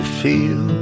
feel